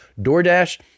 DoorDash